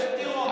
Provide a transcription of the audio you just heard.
אני טירון.